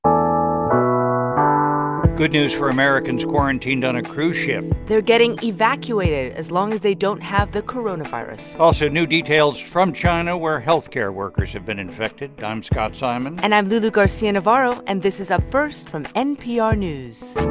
um ah good news for americans quarantined on a cruise ship they're getting evacuated as long as they don't have the coronavirus also, new details from china where health care workers have been infected. i'm scott simon and i'm lulu garcia-navarro. and this is up first from npr news